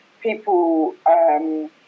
People